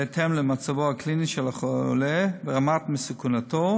בהתאם למצבו הקליני של החולה ולרמת מסוכנותו,